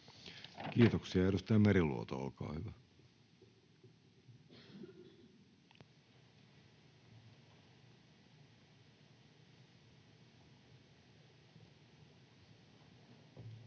Kiitoksia. — Edustaja Meriluoto, olkaa hyvä.